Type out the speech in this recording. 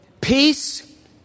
peace